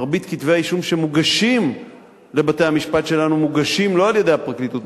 מרבית כתבי-האישום שמוגשים לבתי-המשפט שלנו מוגשים לא על-ידי הפרקליטות,